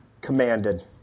commanded